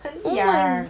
很痒